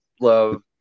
love